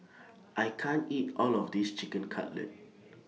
I can't eat All of This Chicken Cutlet